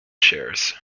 shares